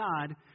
God